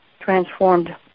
transformed